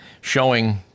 showing